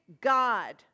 God